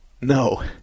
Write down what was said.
no